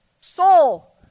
Soul